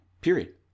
period